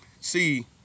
see